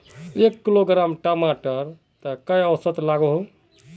एक किलोग्राम टमाटर त कई औसत लागोहो?